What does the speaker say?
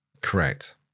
correct